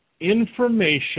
information